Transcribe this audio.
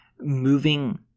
moving